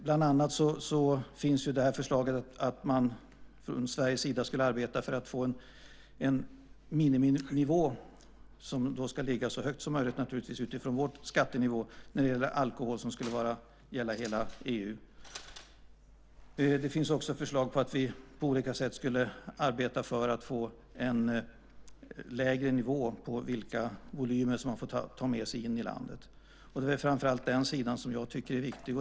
Bland annat finns förslaget att man från Sveriges sida skulle arbeta för att få en miniminivå när det gäller alkohol som ska gälla hela EU. Den ska naturligtvis ligga så högt som möjligt utifrån vår skattenivå. Det finns också förslag på att vi på olika sätt skulle arbeta för att få en lägre nivå för vilka volymer man får ta med sig in i landet. Det är framför allt den sidan som jag tycker är viktig.